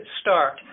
start